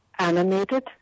Animated